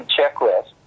Checklist